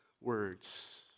words